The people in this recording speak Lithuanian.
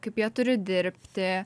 kaip jie turi dirbti